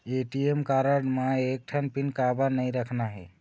ATM card म एक ठन पिन काबर नई रखना हे?